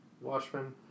Watchmen